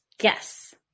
Yes